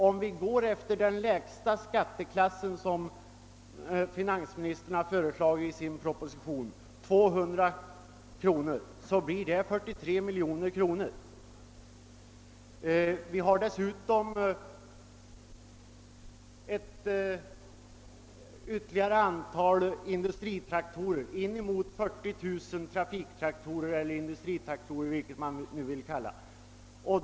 Om vi går efter den lägsta skatteklass som finansministern har föreslagit i sin proposition, 200 kronor, motsvarar det 43 miljoner kronor. Vi har dessutom inemot 40 000 trafiktraktorer eller industritraktorer, vilket man nu vill kalla dem.